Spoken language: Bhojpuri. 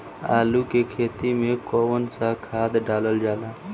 आलू के खेती में कवन सा खाद डालल जाला?